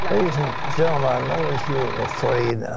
ladies and gentlemen, i know if you're afraid,